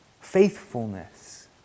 faithfulness